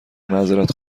معذرت